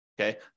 okay